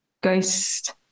Ghost